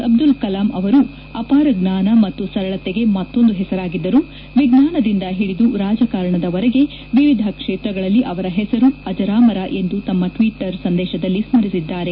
ಅಬ್ದುಲ್ ಕಲಾಂ ಅವರು ಅಪಾರ ಜ್ಞಾನ ಮತ್ತು ಸರಳತೆಗೆ ಮತ್ತೊಂದು ಹೆಸರಾಗಿದ್ದರು ವಿಜ್ಞಾನದಿಂದ ಹಿಡಿದು ರಾಜಕಾರಣದವರೆಗೆ ವಿವಿಧ ಕ್ಷೇತ್ರಗಳಲ್ಲಿ ಅವರ ಹೆಸರು ಅಜರಾಮರ ಎಂದು ತಮ್ಮ ಟ್ವಟರ್ ಸಂದೇಶದಲ್ಲಿ ಸ್ಮರಿಸಿದ್ದಾರೆ